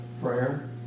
Prayer